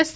yes